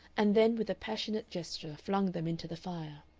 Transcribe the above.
and then with a passionate gesture flung them into the fire.